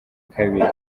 kabiri